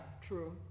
true